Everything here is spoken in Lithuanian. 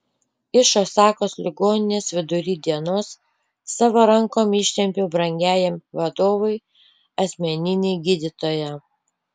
iš osakos ligoninės vidury dienos savo rankom ištempiau brangiajam vadovui asmeninį gydytoją